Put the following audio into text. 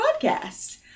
podcast